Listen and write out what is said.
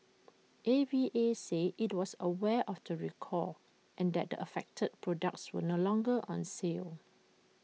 A V A said IT was aware of the recall and that the affected products were no longer on sale